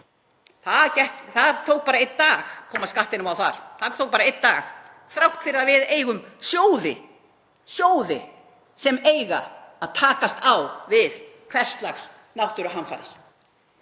Það tók bara einn dag að koma skattinum á þar, bara einn dag þrátt fyrir að við eigum sjóði sem eiga að takast á við hvers lags náttúruhamfarir.